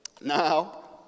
Now